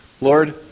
Lord